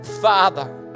Father